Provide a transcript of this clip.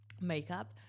makeup